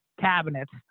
Cabinets